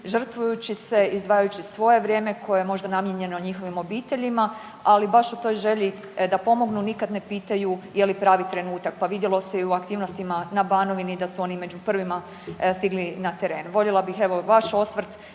žrtvujući se, izdvajajući svoje vrijeme koje je možda namijenjeno njihovim obiteljima, ali baš u toj želji da pomognu nikad ne pitaju je li pravi trenutak. Pa vidjelo se i u aktivnostima na Banovini da su oni među prvima stigli na teren.